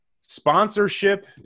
Sponsorship